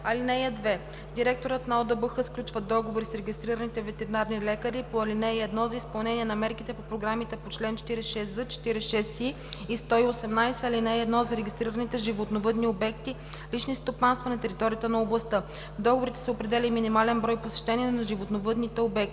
(2) Директорът на ОДБХ сключва договори с регистрираните ветеринарни лекари по ал. 1 за изпълнение на мерките по програмите по чл. 46з, 46и и 118, ал. 1 за регистрираните животновъдни обекти – лични стопанства на територията на областта. В договорите се определя и минимален брой посещения на животновъдните обекти.